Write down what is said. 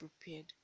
prepared